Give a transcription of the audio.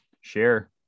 share